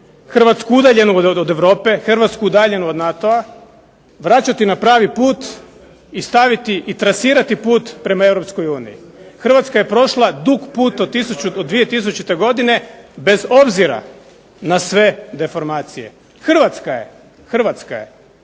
Hrvatsku udaljenu od Europe, Hrvatsku udaljenu od NATO-a vraćati na pravi put i staviti i trasirati put prema EU. Hrvatska je prošla dug put od 2000. godine bez obzira na sve deformacije. Hrvatska je, nažalost, u